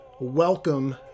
welcome